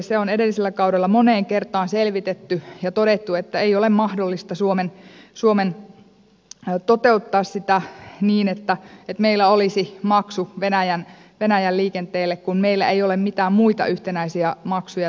se on edellisellä kaudella moneen kertaan selvitetty ja todettu että suomen ei ole mahdollista toteuttaa sitä niin että meillä olisi maksu venäjän liikenteelle kun meillä ei ole mitään muita yhtenäisiä maksuja tässä maassa